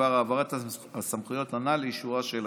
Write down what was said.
בדבר העברת הסמכויות הנ"ל לאישורה של הכנסת.